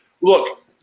look